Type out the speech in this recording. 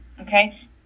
Okay